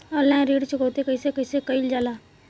Online ऋण चुकौती कइसे कइसे कइल जाला?